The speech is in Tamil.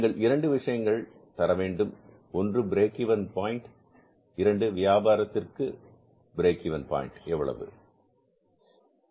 நீங்கள் 2 விஷயங்கள் தர வேண்டும் ஒன்று பிரேக் இவென் பாயின்ட் இரண்டு வியாபாரத்திற்கும் பிரேக் இவென் பாயின்ட் எவ்வளவு உள்ளது